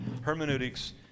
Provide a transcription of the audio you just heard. Hermeneutics